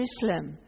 Jerusalem